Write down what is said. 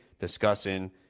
discussing